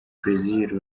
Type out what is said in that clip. plaisir